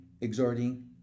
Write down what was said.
exhorting